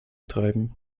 treiben